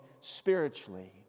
spiritually